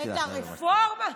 את הרפורמה,